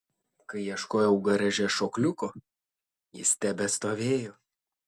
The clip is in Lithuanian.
kai ieškojau garaže šokliuko jis tebestovėjo